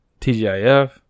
TGIF